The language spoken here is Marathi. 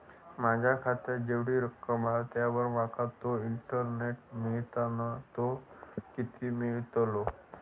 माझ्या खात्यात जेवढी रक्कम हा त्यावर माका तो इंटरेस्ट मिळता ना तो किती मिळतलो?